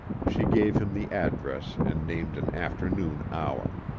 she gave him the address and named an afternoon hour.